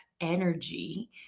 energy